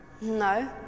No